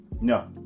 No